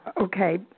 Okay